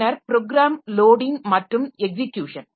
பின்னர் program loading மற்றும் execution